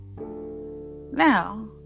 now